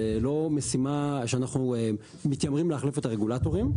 זה לא משימה שאנחנו מתיימרים להחליף את הרגולטורים.